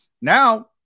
Now